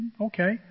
Okay